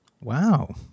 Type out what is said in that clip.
Wow